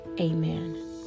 Amen